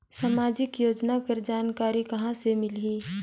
समाजिक योजना कर जानकारी कहाँ से मिलही?